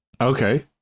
Okay